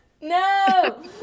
No